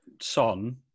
Son